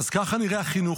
אז ככה נראה החינוך,